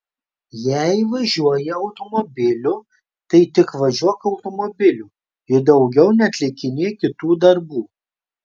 jei važiuoji automobiliu tai tik važiuok automobiliu ir daugiau neatlikinėk kitų darbų